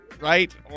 right